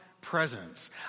presence